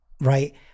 right